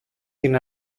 την